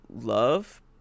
love